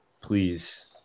Please